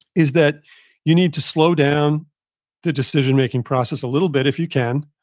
is that you need to slow down the decision making process a little bit if you can.